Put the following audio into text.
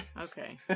okay